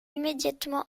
immédiatement